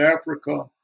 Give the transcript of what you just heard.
Africa